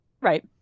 Right